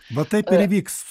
va taip vyks